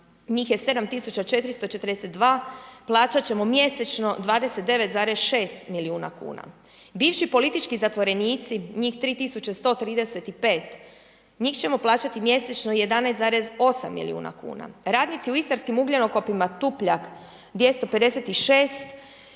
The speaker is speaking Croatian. njih je 7442, plaćat ćemo mjesečno 29,6 milijuna kuna. Bivši politički zatvorenici, njih 3135, njih ćemo plaćati mjesečno 11,8 milijuna kuna. Radnici istarskim ugljenokopima Tupljak, 256,